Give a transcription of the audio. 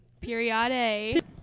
Period